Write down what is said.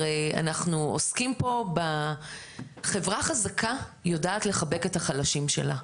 הרי אנחנו עוסקים פה בחברה חזקה יודעת לחבק את החלשים שלה,